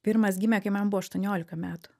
pirmas gimė kai man buvo aštuoniolika metų